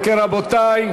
אם כן, רבותי,